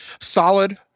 solid